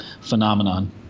phenomenon